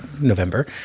November